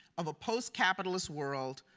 of a post capitalist world.